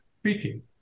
speaking